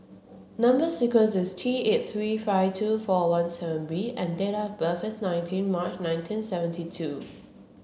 number sequence is T eight three five two four one seven B and date of birth is nineteen March nineteen seventy two